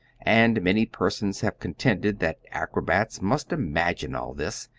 and many persons have contended that acrobats must imagine all this,